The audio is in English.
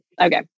Okay